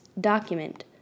document